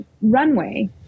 runway